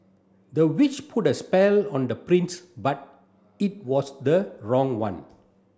the witch put a spell on the prince but it was the wrong one